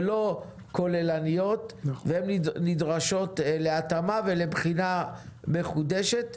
ולא כוללניות ונדרשות להתאמה ולבחינה מחודשת.